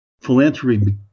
philanthropy